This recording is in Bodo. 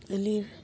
लिर